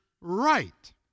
right